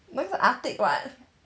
attic [what]